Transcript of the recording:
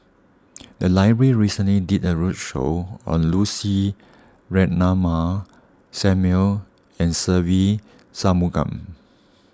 the library recently did a roadshow on Lucy Ratnammah Samuel and Se Ve Shanmugam